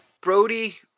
Brody